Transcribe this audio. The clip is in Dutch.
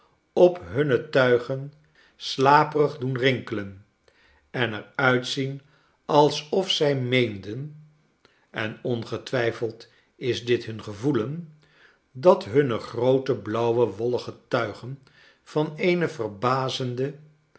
op hunne tuigen slaperig doen rinkelen en er uitzien alsof zij meenden en ongetwijfeld is dit hun gevoelen dat hunne groote blauwe wollige tuigen van eene verbazende